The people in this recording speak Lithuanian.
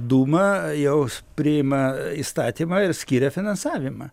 dūma jau priima įstatymą ir skiria finansavimą